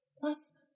Plus